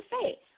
say